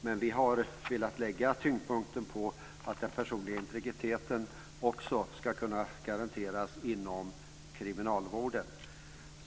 Men vi har velat lägga tyngdpunkten på att den personliga integriteten ska kunna garanteras också inom kriminalvården.